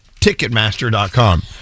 Ticketmaster.com